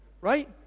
Right